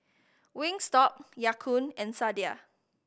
Wingstop Ya Kun and Sadia